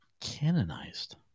Canonized